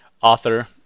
Author